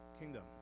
kingdom